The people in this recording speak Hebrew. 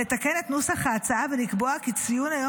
לתקן את נוסח ההצעה ולקבוע כי ציון היום